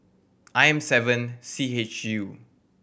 I M seven C H U